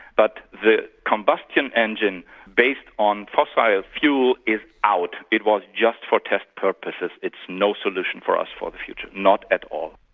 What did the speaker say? but the combustion engine based on fossil ah fuel is out, it was just for test purposes, it's no solution for us for the future, not at all.